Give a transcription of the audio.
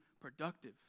productive